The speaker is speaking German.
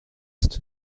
jetzt